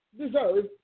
deserve